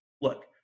look